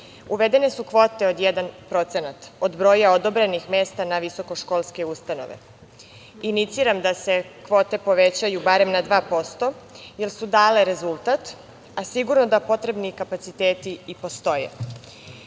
Uvedene su kvote od jednog procenta od broja odobrenih mesta na visokoškolske ustanove. Iniciran da se kvote povećaju barem na dva posto jer su dale rezultat, a sigurno da potrebni kapaciteti i postoje. Iz